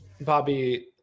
Bobby